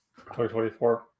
2024